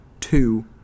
two